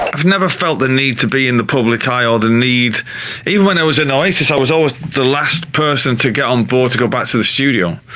i've never felt the need to be in the public eye or the need, even when i was in oasis, i was always the last person to get on board to go back to the studio.